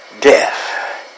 death